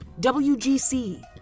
WGC